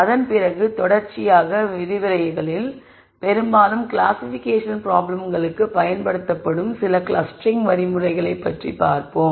அதன் பிறகு தொடர்ச்சியான விரிவுரைகளில் பெரும்பாலும் கிளாசிபிகேஷன் பிராப்ளம்களுக்குப் பயன்படுத்தப்படும் சில கிளஸ்டரிங் வழிமுறைகள் பற்றி பார்ப்போம்